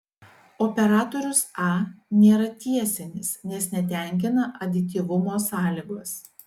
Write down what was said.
operatorius a nėra tiesinis nes netenkina adityvumo sąlygos